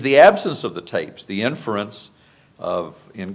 the absence of the tapes the inference of in